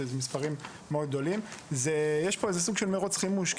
יש סוג של מרוץ חימוש.